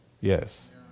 Yes